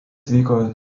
vyko